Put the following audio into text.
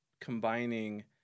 combining